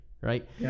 Right